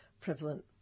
prevalent